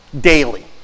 Daily